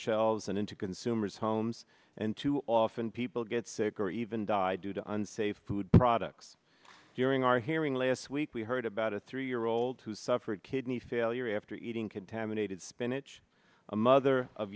shelves and into consumers homes and too often people get sick or even die due to unsafe food products during our hearing last week we heard about a three year old who suffered kidney failure after eating contaminated spinach a mother of